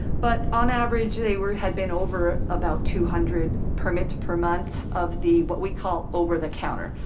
but on average, they were had been over about two hundred permits per month of the, what we call over the counter.